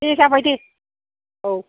दे जाबाय दे औ